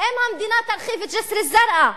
אם המדינה תרחיב את ג'סר א-זרקא,